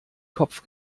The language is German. kopf